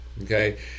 Okay